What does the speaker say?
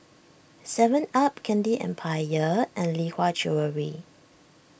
Seven Up Candy Empire and Lee Hwa Jewellery